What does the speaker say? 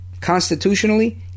Constitutionally